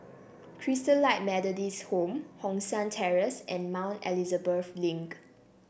Christalite Methodist Home Hong San Terrace and Mount Elizabeth Link